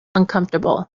uncomfortable